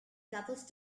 coupled